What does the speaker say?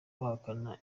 bahakana